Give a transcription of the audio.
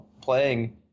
playing